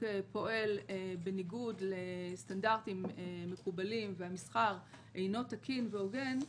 פועל בניגוד לסטנדרטים מקובלים והמסחר אינו תקין והוגן,